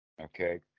okay